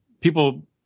people